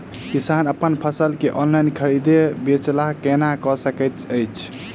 किसान अप्पन फसल केँ ऑनलाइन खरीदै बेच केना कऽ सकैत अछि?